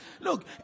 Look